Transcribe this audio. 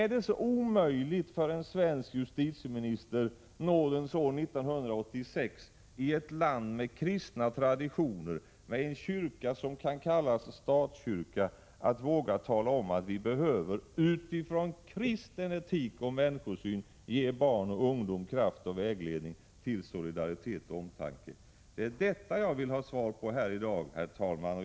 Är det så omöjligt för en svensk justitieminister nådens år 1986 — i ett land med kristna traditioner, med en kyrka som kan kallas statskyrka — att våga tala om att vi utifrån kristen etik och människosyn behöver ge barn och ungdom kraft och vägledning till solidaritet och omtanke? Det är detta jag vill ha svar på här i dag, herr talman.